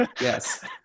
yes